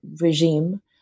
regime